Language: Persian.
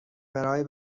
برای